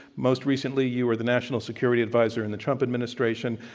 most recently, you were the national security advisor in the trump administration.